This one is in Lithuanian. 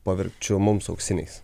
paverčiu mums auksiniais